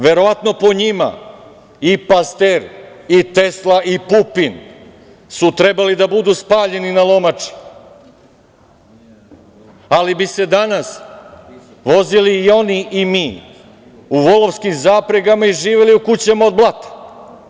Verovatno, po njima, i Paster i Tesla i Pupin su trebali da budu spaljeni na lomači, ali bi se danas vozili i oni i mi u volovskim zapregama i živeli u kućama od blata.